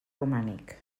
romànic